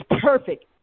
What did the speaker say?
perfect